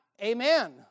Amen